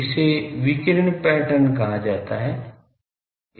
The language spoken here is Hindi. इसे विकिरण पैटर्न कहा जाता है